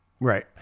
right